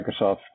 Microsoft